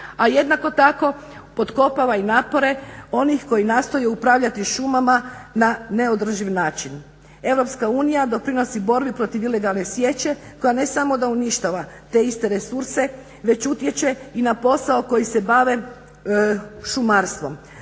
A jednako tako potkopava i napore onih koji nastoje upravljati šumama na neodrživ način. EU doprinosi borbi protiv ilegalne sječe koja ne samo da uništava te iste resurse već utječe i na posao koji se bave šumarstvo.